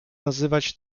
nazywać